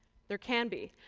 there can't be.